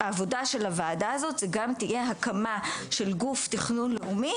מהעבודה של הוועדה זאת זה גם יהיה הקמה של גוף תכנון לאומי